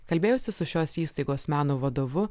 kalbėjausi su šios įstaigos meno vadovu